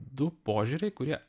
du požiūriai kurie